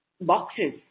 boxes